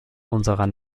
unserer